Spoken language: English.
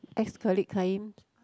ex colleague client